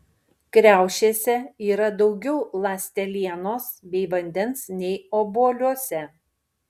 kriaušėse yra daugiau ląstelienos bei vandens nei obuoliuose